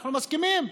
אנחנו מסכימים,